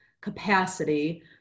capacity